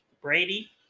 Brady